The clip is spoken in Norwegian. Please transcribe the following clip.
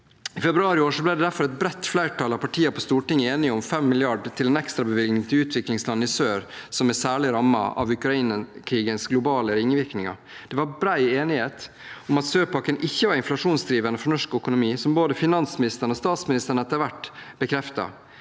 I februar i år ble derfor et bredt flertall av partiene på Stortinget enige om 5 mrd. kr til en ekstrabevilgning til utviklingsland i sør som er særlig rammet av Ukraina-krigens globale ringvirkninger. Det var bred enighet om at sørpakken ikke var inflasjonsdrivende for norsk økonomi, noe både finansministeren og statsministeren etter hvert bekreftet.